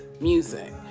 music